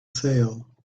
sale